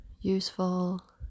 useful